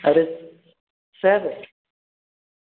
अरे सर